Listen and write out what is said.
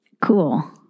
Cool